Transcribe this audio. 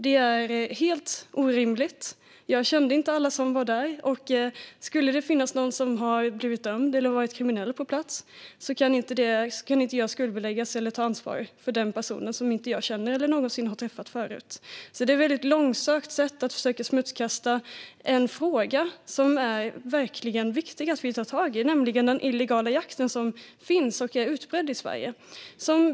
Det är helt orimligt. Jag kände inte alla som var där. Om det skulle finnas någon som har blivit dömd eller varit kriminell på plats kan jag inte skuldbeläggas eller ta ansvar för den personen, som jag inte känner eller någonsin har träffat förut. Det här är ett långsökt sätt att försöka smutskasta en fråga som verkligen är viktig att vi tar tag i, nämligen den utbredda illegala jakten i Sverige.